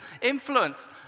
influence